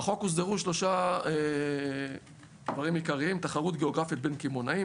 בחוק הוסדרו שלושה דברים עיקריים: תחרות גיאוגרפית בין קמעונאים,